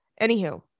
Anywho